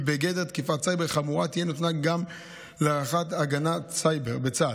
בגדר תקיפת סייבר חמורה תהיה נתונה גם לרח"ט ההגנה בסייבר בצה"ל,